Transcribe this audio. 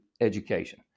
education